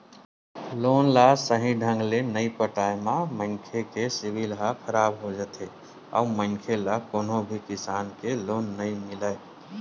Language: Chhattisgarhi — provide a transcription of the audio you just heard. लोन ल सहीं ढंग ले नइ पटाए म मनखे के सिविल ह खराब हो जाथे अउ मनखे ल कोनो भी किसम के लोन नइ मिलय